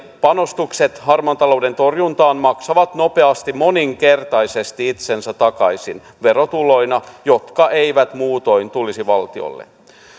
panostukset harmaan talouden torjuntaan maksavat nopeasti moninkertaisesti itsensä takaisin verotuloina jotka eivät muutoin tulisi valtiolle